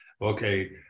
Okay